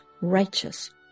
righteous